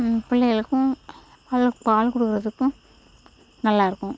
பிள்ளைகளுக்கும் அவங்க பால் கொடுக்கறதுக்கும் நல்லாயிருக்கும்